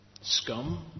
Scum